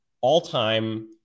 all-time